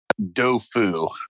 dofu